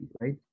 right